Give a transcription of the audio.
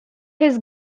his